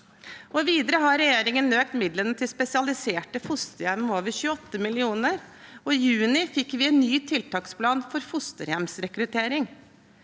Videre har regjeringen økt midlene til spesialiserte fosterhjem med over 28 mill. kr, og i juni fikk vi en ny tiltaksplan for fosterhjemsrekruttering.